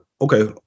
Okay